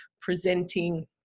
presenting